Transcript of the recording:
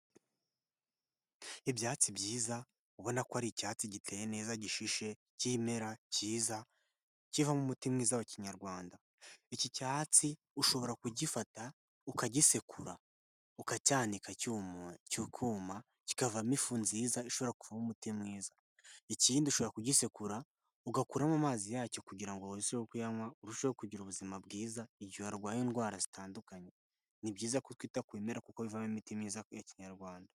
Ibyatsi byiza, ubona ko ari icyatsi giteye neza gishishe, cy'imera cyiza, kivamo umuti mwiza wa Kinyarwanda. Iki cyatsi ushobora kugifata ukagisekura, ukacyanika cyikuma, kikavamo ifu nziza, ishobora kuba umuti mwiza. Ikindi ushobora kugisekura, ugakuramo amazi yacyo kugira ngo uruseho kuyanywa, urusheho kugira ubuzima bwiza, igihe warwaye indwara zitandukanye. Ni byiza ko twita kubimera kuko bivamo imiti myiza ya Kinyarwanda.